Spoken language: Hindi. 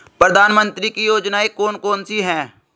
प्रधानमंत्री की योजनाएं कौन कौन सी हैं?